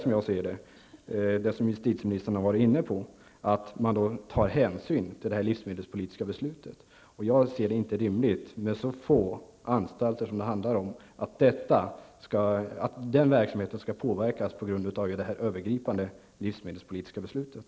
Problemet är att man, som justitieministern varit inne på, tar hänsyn till det livsmedelspolitiska beslutet. Jag ser det inte som rimligt, med tanke på att det handlar om så få anstalter, att denna verksamhet skall påverkas av det övergripande livsmedelspolitiska beslutet.